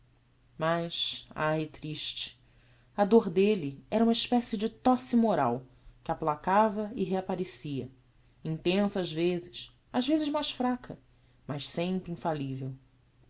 mas ai triste a dor delle era uma especie de tosse moral que aplacava e reapparecia intensa ás vezes ás vezes mais fraca mas sempre infallivel